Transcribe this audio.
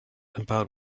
about